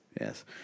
Yes